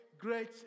great